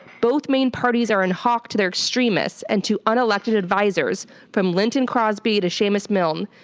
both main parties are in hock to their extremists and to unelected advisors, from lynton crosby to seumas milne.